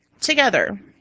together